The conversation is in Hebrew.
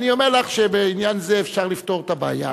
אני אומר לך שבעניין זה אפשר לפתור את הבעיה,